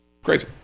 Crazy